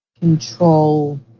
control